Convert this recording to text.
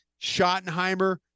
Schottenheimer